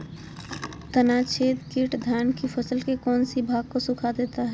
तनाछदेक किट धान की फसल के कौन सी भाग को सुखा देता है?